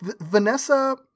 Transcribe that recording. Vanessa